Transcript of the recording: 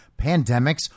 pandemics